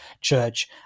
church